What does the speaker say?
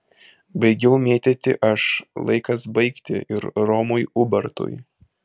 baigiau mėtyti aš laikas baigti ir romui ubartui